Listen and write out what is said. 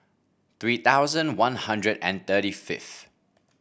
three thousand One Hundred and thirty fifth